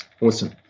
Awesome